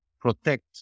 protect